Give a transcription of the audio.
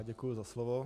Děkuji za slovo.